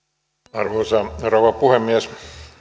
arvoisa rouva puhemies